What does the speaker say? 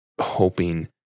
hoping